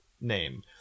name